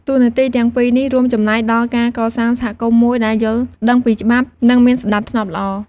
តួនាទីទាំងពីរនេះរួមចំណែកដល់ការកសាងសហគមន៍មួយដែលយល់ដឹងពីច្បាប់ និងមានសណ្តាប់ធ្នាប់ល្អ។